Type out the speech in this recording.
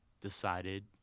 decided